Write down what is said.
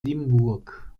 limburg